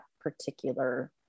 particular